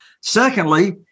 Secondly